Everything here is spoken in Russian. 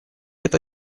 это